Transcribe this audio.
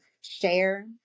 share